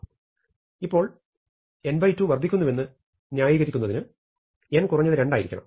എന്നാൽ ഇപ്പോൾ n2 വർദ്ധിക്കുന്നുവെന്ന് ന്യായീകരിക്കുന്നതിന് n കുറഞ്ഞത് 2 ആയിരിക്കണം